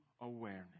awareness